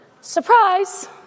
Surprise